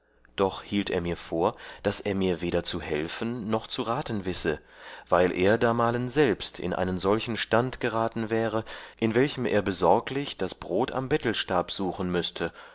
doch hielt er mir vor daß er mir weder zu helfen noch zu raten wisse weil er damalen selbst in einen solchen stand geraten wäre in welchem er besorglich das brod am bettelstab suchen müßte